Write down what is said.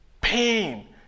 pain